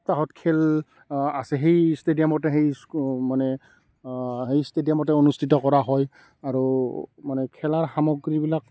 সপ্তাহত খেল আছে সেই ষ্টেডিয়ামতে সেই স্কু মানে সেই ষ্টেডিয়ামতে অনুস্থিত কৰা হয় আৰু মানে খেলাৰ সামগ্ৰীবিলাক